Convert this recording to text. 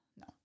No